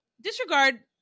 disregard